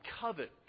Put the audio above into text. covet